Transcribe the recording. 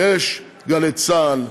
יש גלי צה"ל,